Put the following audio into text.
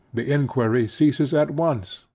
the inquiry ceases at once,